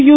U